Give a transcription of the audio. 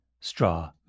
straw